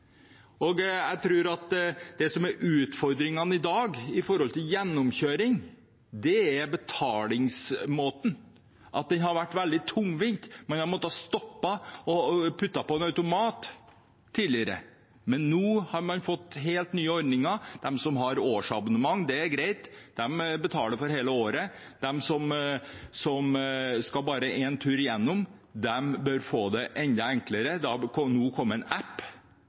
som er utfordringen i dag når det gjelder gjennomkjøring, er betalingsmåten, den har vært veldig tungvint. Man har tidligere måttet stoppe og putte penger på en automat, men nå har man fått helt nye ordninger. De som har årsabonnement, betaler for hele året, det er greit. De som bare skal en tur igjennom, bør få det enda enklere. Det har nå kommet en app